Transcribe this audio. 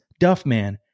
Duffman